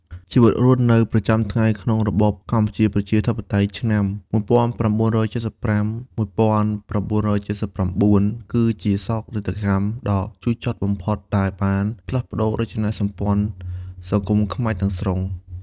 ជីវិតរស់នៅប្រចាំថ្ងៃក្នុងរបបកម្ពុជាប្រជាធិបតេយ្យ (ឆ្នាំ ១៩៧៥-១៩៧៩) គឺជាសោកនាដកម្មដ៏ជូរចត់បំផុតដែលបានផ្លាស់ប្តូររចនាសម្ព័ន្ធសង្គមខ្មែរទាំងស្រុង។